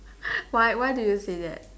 why why do you say that